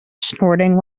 snorting